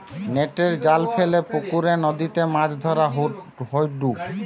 নেটের জাল ফেলে পুকরে, নদীতে মাছ ধরা হয়ঢু